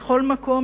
בכל מקום,